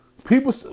People